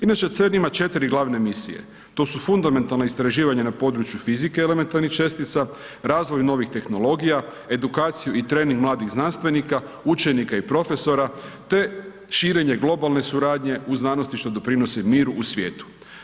Inače CERN ima 4 glavne misije, to su fundamentalna istraživanja na području fizike elementarnih čestica, razvoj novih tehnologija, edukaciju i trening mladih znanstvenika, učenika i profesora te širenje globalne suradnje u znanosti što doprinosi mir u svijetu.